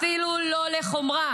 אפילו לא לחומרה.